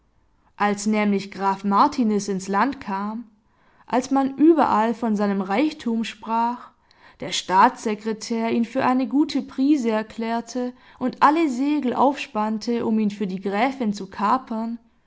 als nämlich graf martiniz ins land kam als man überall von seinem reichtum sprach der staatssekretär ihn für eine gute prise erklärte und alle segel aufspannte um ihn für die gräfin zu kapern